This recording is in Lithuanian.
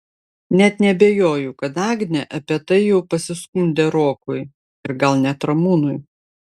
net neabejoju kad agnė apie tai jau pasiskundė rokui ir gal net ramūnui